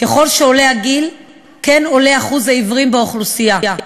ככל שעולה הגיל כן עולה אחוז העיוורים באוכלוסייה.